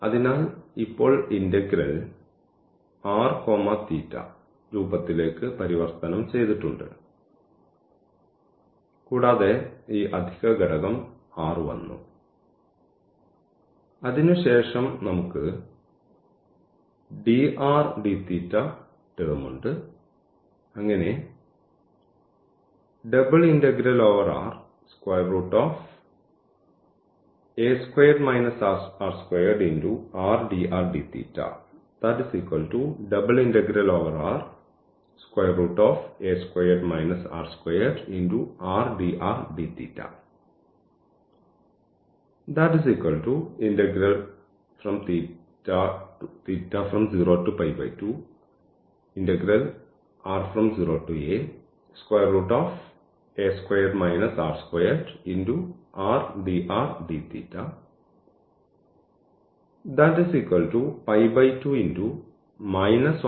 അതിനാൽ ഇപ്പോൾ integral r θ രൂപത്തിലേക്ക് പരിവർത്തനം ചെയ്തിട്ടുണ്ട് കൂടാതെ ഈ അധിക ഘടകം r വന്നു അതിനുശേഷം നമുക്ക് dr dθ ടേർമുണ്ട്